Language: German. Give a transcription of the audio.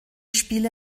spiele